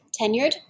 tenured